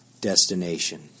destination